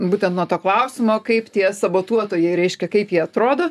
būtent nuo to klausimo kaip tie sabotuotojai reiškia kaip jie atrodo